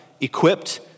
equipped